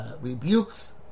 rebukes